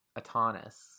Atanas